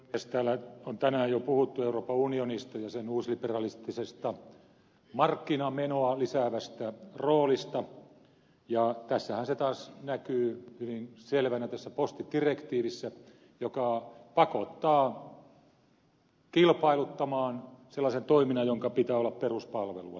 täällä on tänään jo puhuttu euroopan unionista ja sen uusliberalistisesta markkinamenoa lisäävästä roolista ja tässähän se taas näkyy hyvin selvänä tässä postidirektiivissä joka pakottaa kilpailuttamaan sellaisen toiminnan jonka pitää olla peruspalvelua